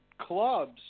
clubs